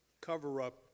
cover-up